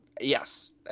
Yes